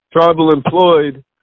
tribal-employed